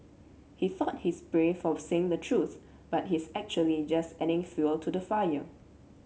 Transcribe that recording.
he thought he's brave for saying the truth but he's actually just adding fuel to the fire